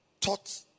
taught